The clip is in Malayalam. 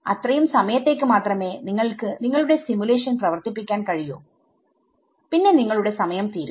അത്രയും സമയത്തേക്ക് മാത്രമേ നിങ്ങൾക്ക് നിങ്ങളുടെ സിമുലേഷൻ പ്രവർത്തിപ്പിക്കാൻ കഴിയൂപിന്നെ നിങ്ങളുടെ സമയം തീരും